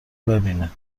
ببینه